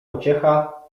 pociecha